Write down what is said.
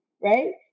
right